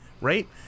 Right